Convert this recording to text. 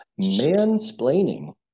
Mansplaining